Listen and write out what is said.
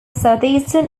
southeastern